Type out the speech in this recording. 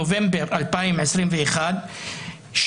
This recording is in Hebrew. נובמבר 2021,